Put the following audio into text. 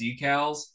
decals